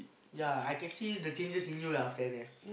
ya I can see the changes in you lah after N_S